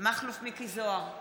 מכלוף מיקי זוהר,